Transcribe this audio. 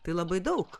tai labai daug